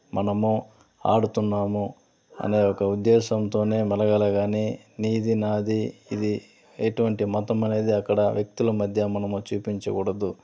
మనము ఆడుతున్నాము అనే ఒక ఉద్దేశంతోనే మెలగాలే కాని నీది నాది ఇది ఎటువంటి మతమనేది అక్కడ వ్యక్తుల మధ్య మనము చూపించకూడదు